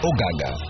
Ogaga